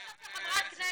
עכשיו כחברת כנסת,